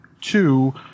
two